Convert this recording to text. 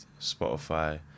Spotify